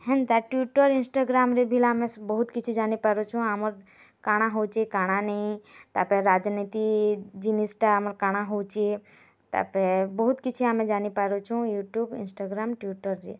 ହେନ୍ତା ଟୁଇଟର୍ ଇନ୍ଷ୍ଟାଗ୍ରାମ୍ରେ ବିଲ୍ ଆମେ ବହୁତ୍ କିଛି ଜାନିପାରୁଛୁଁ ଆମର୍ କାଣା ହଉଛି କାଣା ନେଇ ତାପରେ ରାଜନୀତି ଜିନିଷ୍ଟା ଆମର୍ କାଣା ହଉଚେ ତାପରେ ବହୁତ୍ କିଛି ଆମେ ଜାଣିପାରୁଛୁ ୟୁଟ୍ୟୁବ୍ ଇନ୍ଷ୍ଟାଗ୍ରାମ୍ ଟୁଇଟର୍ରେ